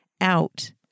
out